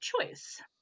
choice